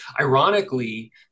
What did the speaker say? ironically